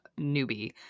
newbie